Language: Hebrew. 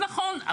נכון.